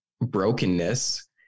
brokenness